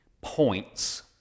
points